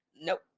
Nope